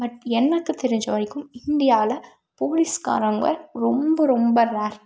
but எனக்கு தெரிஞ்ச வரைக்கும் இந்தியாவில் போலீஸ்காரங்க ரொம்ப ரொம்ப ரேர்